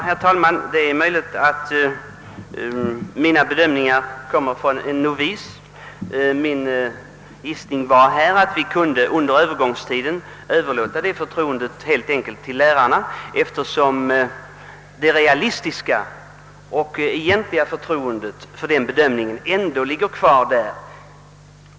Herr talman! Det är möjligt att mina bedömningar kommer från en novis. Min gissning var att vi under övergångstiden helt enkelt kunde överlåta detta förtroende till lärarna, eftersom det realistiska och egentliga förtroendet för den bedömningen ändå ligger kvar hos dem.